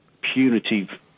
punitive